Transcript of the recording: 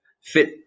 fit